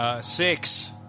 Six